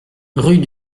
rue